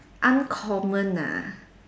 uncommon ah